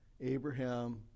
Abraham